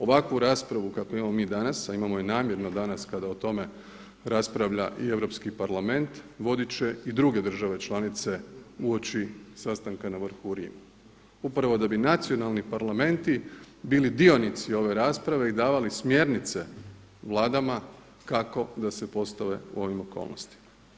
Ovakvu raspravu kakvu imamo mi danas, a imamo je namjerno danas kada o tome raspravlja i Europski parlament vodit će i druge države članice uoči sastanka na vrhu u Rimu upravo da bi nacionalni parlamenti bili dionici ove rasprave i davali smjernice vladama kako da se postave u ovim okolnostima.